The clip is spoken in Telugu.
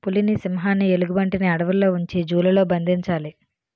పులిని సింహాన్ని ఎలుగుబంటిని అడవుల్లో ఉంచి జూ లలో బంధించాలి